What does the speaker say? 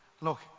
Look